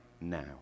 now